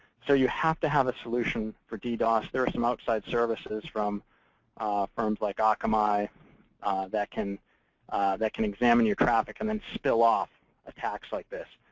so you have to have a solution for ddos. there are some outside services from firms like akamai that can that can examine your traffic and then spill off attacks like this.